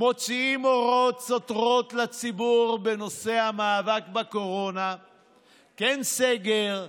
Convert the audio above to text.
מוציאים הוראות סותרות לציבור בנושא המאבק בקורונה: כן סגר,